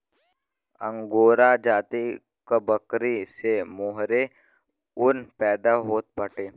angora जाति क बकरी से मोहेर ऊन पैदा होत बाटे